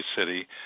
city